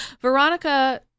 Veronica